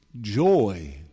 joy